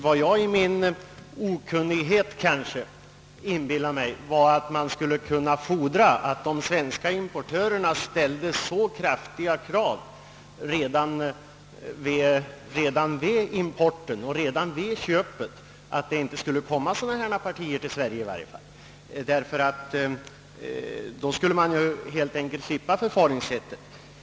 Vad jag i min okunnighet inbillat mig var att man kanske skulle kunna fordra att på de svenska importörerna ställdes så kraftiga krav redan vid importen och redan vid köpet, att sådana här partier inte skulle komma till Sverige. I så fall skulle man helt enkelt slippa förfaringssättet.